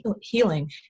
healing